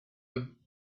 alchemists